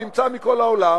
נמצא מכל העולם,